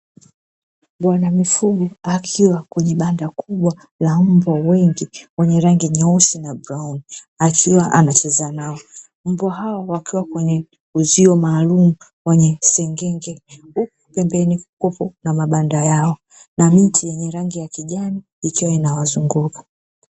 Bwana mifugo akiwa kwenye banda kubwa la mbwa wengi wenye rangi nyuesi na brauni akiwa anacheza nao. Mbwa hao wakiwa kwenye uzio maalumu wenye sengenge, huku pembeni kukiwa na mbanda yao na miti yenye rangi ya kijani ikiwa inawazunguka.